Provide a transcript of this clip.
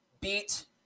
beat